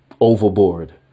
overboard